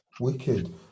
Wicked